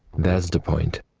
that's the point.